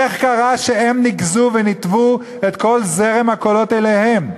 איך קרה שהם ניקזו וניתבו את כל זרם הקולות אליהם?